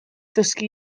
ddysgu